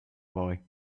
boy